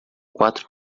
quatro